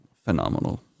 phenomenal